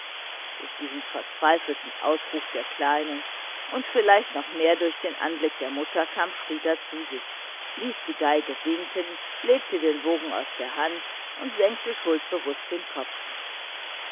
durch diesen verzweifelnden ausruf der kleinen und vielleicht noch mehr durch den anblick der mutter kam frieder zu sich ließ die geige sinken legte den bogen aus der hand und senkte schuldbewußt den kopf